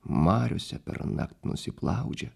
mariose pernakt nusiplaudžia